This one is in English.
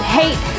hate